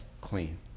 clean